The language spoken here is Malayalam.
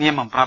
നിയമം പ്രാബ